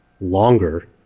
longer